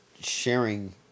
sharing